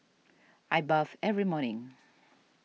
I bathe every morning